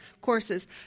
courses